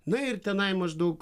na ir tenai maždaug